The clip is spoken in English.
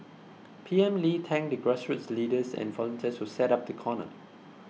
P M Lee thanked the grassroots leaders and volunteers who set up the corner